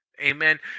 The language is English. Amen